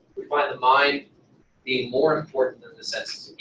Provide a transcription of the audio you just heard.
we find the mind being more important than the senses